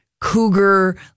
Cougar